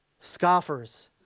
Scoffers